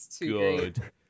good